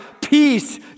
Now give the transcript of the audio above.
peace